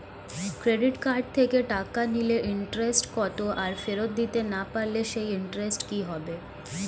Credit card থেকে টাকা নিলে ইন্টারেস্ট কত আর ফেরত দিতে না পারলে সেই ইন্টারেস্ট কি হবে?